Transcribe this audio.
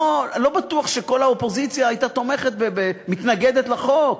אני לא בטוח שכל האופוזיציה הייתה מתנגדת לחוק.